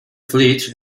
fleet